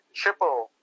triple